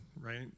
right